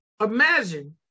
Imagine